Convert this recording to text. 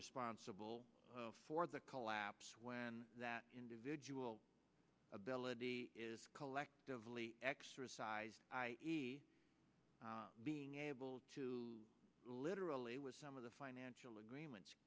responsible for the collapse when that individual ability is collectively exercised being able to literally was some of the financial agreements